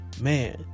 man